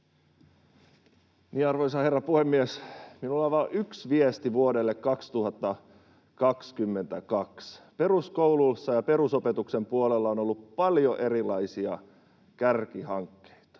Arvoisa herra puhemies! Minulla on vain yksi viesti vuodelle 2022. Peruskouluissa ja perusopetuksen puolella on ollut paljon erilaisia kärkihankkeita,